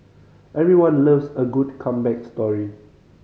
everyone loves a good comeback story